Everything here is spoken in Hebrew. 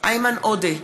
איימן עודה,